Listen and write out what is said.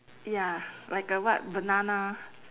ya like a what banana